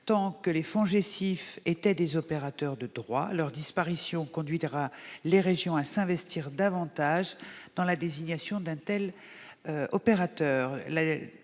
tant que les FONGECIF étaient des opérateurs de droit. Leur disparition conduira les régions à s'investir davantage pour la désignation d'un tel opérateur.